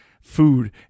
food